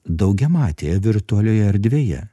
daugiamatėje virtualioje erdvėje